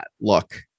look